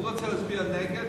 הוא רוצה להצביע נגד,